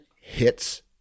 hits